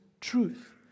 truth